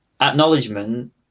acknowledgement